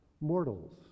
mortals